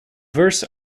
verse